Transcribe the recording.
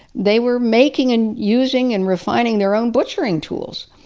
they were making and using and refining their own butchering tools.